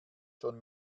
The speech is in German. schon